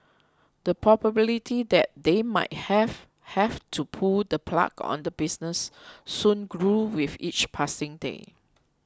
the probability that they might have have to pull the plug on the business soon grew with each passing day